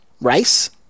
Rice